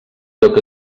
toca